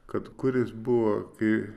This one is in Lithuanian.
kad kur jis buvo kai